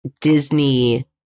Disney